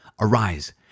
Arise